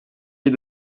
les